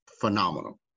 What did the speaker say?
phenomenal